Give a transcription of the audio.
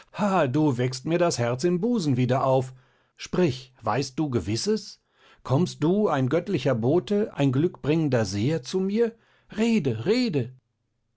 du weckst mir das herz im busen wieder auf sprich weißt du gewisses kommst du ein göttlicher bote ein glückbringender seher zu mir rede rede